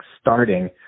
starting